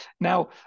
Now